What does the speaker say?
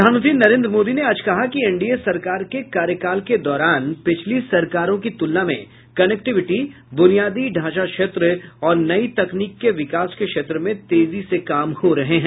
प्रधानमंत्री नरेन्द्र मोदी ने आज कहा कि एनडीए सरकार के कार्यकाल के दौरान पिछली सरकारों की तूलना में कनेक्टिविटी ब्रनियादी ढ़ांचा क्षेत्र और नई तकनीक के विकास के क्षेत्र में तेजी से काम हो रहे हैं